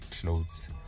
clothes